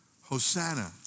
Hosanna